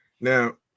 Now